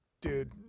dude